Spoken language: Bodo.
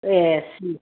ए